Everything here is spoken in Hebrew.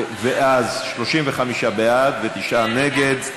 אז 35 בעד ותשעה נגד,